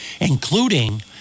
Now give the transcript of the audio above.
including